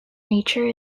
nature